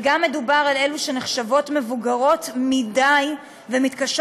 וגם מדובר על אלה שנחשבות מבוגרות מדי ומתקשות